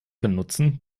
benutzen